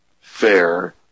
fair